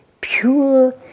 pure